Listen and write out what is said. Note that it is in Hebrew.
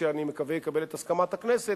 שאני מקווה שיקבל את הסכמת הכנסת,